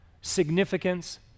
significance